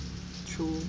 true